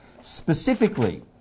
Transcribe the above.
Specifically